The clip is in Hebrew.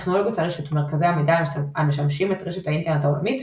טכנולוגיות הרשת ומרכזי המידע המשמשים את רשת האינטרנט העולמית,